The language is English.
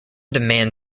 demand